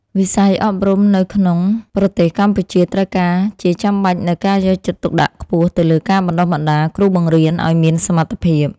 វិស័យអប់រំនៅក្នុងប្រទេសកម្ពុជាត្រូវការជាចាំបាច់នូវការយកចិត្តទុកដាក់ខ្ពស់ទៅលើការបណ្តុះបណ្តាលគ្រូបង្រៀនឱ្យមានសមត្ថភាព។